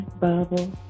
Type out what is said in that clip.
bubble